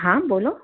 હા બોલો